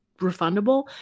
refundable